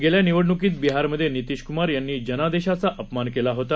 गेल्या निवडण्कीत बिहारमध्ये नितीशक्मार यांनी जनादेशाचा अपमान केला होता